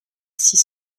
six